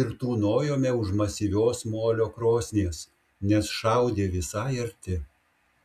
ir tūnojome už masyvios molio krosnies nes šaudė visai arti